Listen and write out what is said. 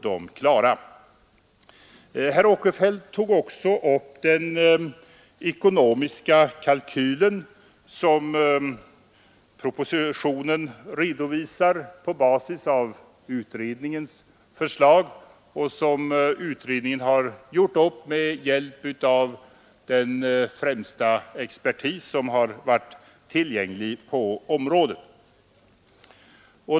Herr Åkerfeldt tog också upp den ekonomiska kalkylen som propositionen redovisar på basis av utredningens förslag och som utredningen har gjort upp med hjälp av den främsta expertis som varit tillgänglig på området.